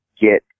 get